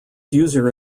user